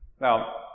Now